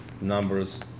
numbers